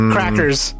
Crackers